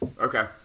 Okay